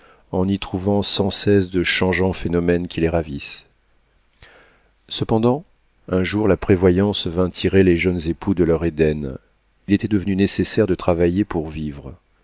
en y trouvant sans cesse de changeants phénomènes qui les ravissent cependant un jour la prévoyance vint tirer les jeunes époux de leur éden il était devenu nécessaire de travailler pour vivre